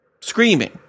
Screaming